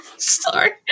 Sorry